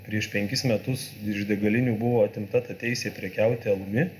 prieš penkis metus iš degalinių buvo atimta ta teisė prekiauti alumi